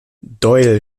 doyle